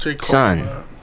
son